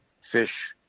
fish